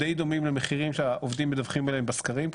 די דומים למחירים שהעובדים מדווחים עליהם בסקרים,